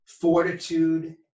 fortitude